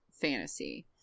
fantasy